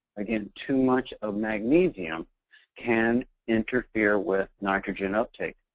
again, too much of magnesium can interfere with nitrogen uptake.